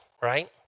right